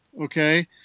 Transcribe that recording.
Okay